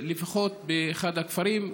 לפחות באחד הכפרים,